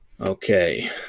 Okay